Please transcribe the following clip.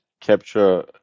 Capture